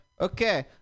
okay